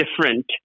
different